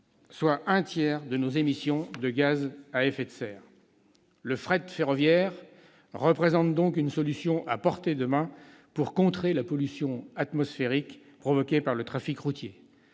soit un tiers, de nos émissions de gaz à effet de serre ! Le fret ferroviaire représente donc une solution à portée de main pour contrer la pollution atmosphérique provoquée par le trafic routier.